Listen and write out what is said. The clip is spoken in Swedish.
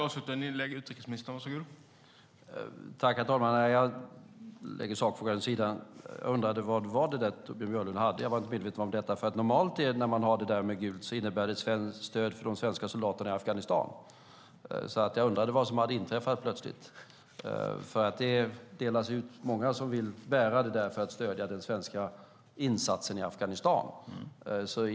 Herr talman! Jag lägger sakfrågan åt sidan. Jag undrade vad det var som Torbjörn Björlund hade. Jag var inte medveten om detta. Normalt sett innebär det gula ett stöd för de svenska soldaterna i Afghanistan, så jag undrade vad som hade inträffat plötsligt. Det delas ut många gula band, och det är många som vill bära dem för att stödja den svenska insatsen i Afghanistan.